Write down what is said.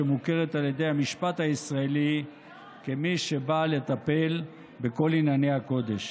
שמוכרת על ידי המשפט הישראלי כמי שבאה לטפל בכל ענייני הקודש.